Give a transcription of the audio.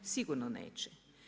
Sigurno neće.